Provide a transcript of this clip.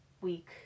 week